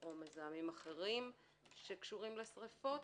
או מזהמים אחרים שקשורים לשריפות.